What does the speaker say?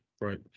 Right